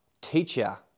teacher